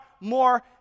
more